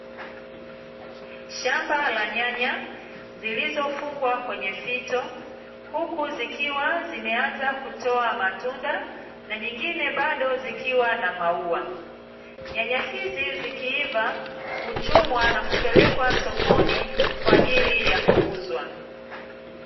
Shamba la nyanya, zilizofungwa kwenye fito, huku zikiwa zimeanza kutoa matunda, na nyingine bado zikiwa na maua. Nyanya hizi zikiiva, huchumwa na kupelekwa sokoni, kwa ajili ya kuuzwa.